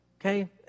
Okay